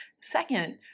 Second